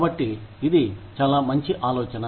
కాబట్టి ఇది చాలా మంచి ఆలోచన